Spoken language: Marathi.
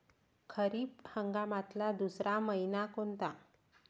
खरीप हंगामातला दुसरा मइना कोनता?